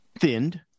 Thinned